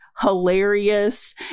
hilarious